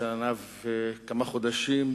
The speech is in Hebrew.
שנה וכמה חודשים,